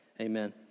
amen